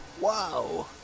Wow